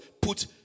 put